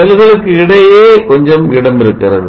செல்களுக்கு இடையே கொஞ்சம் இடம் உள்ளது